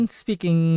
speaking